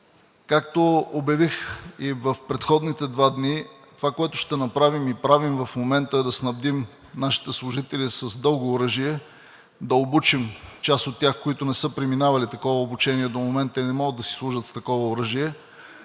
Както обявих и в предходните два дни, това, което ще направим и правим в момента, е да снабдим нашите служители с дълго оръжие, да обучим част от тях, които не са преминавали такова обучение до момента и не могат да си служат с такова оръжие,